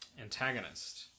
antagonist